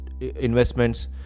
investments